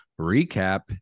recap